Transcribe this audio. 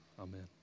amen